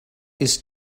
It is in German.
ist